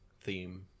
theme